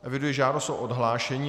Eviduji žádost o odhlášení.